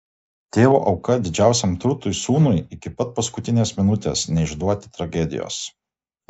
tėvo auka didžiausiam turtui sūnui iki pat paskutinės minutės neišduoti tragedijos